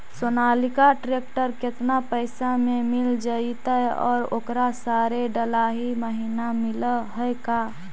Sonalika tractor केतना पैसा में मिल जइतै और ओकरा सारे डलाहि महिना मिलअ है का?